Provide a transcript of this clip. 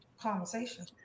Conversation